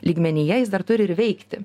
lygmenyje jis dar turi ir veikti